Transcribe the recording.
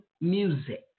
music